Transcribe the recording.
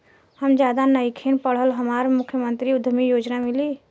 हम ज्यादा नइखिल पढ़ल हमरा मुख्यमंत्री उद्यमी योजना मिली?